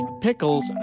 pickles